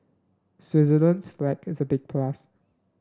Switzerland's flag is a big plus